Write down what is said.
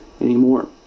anymore